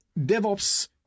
DevOps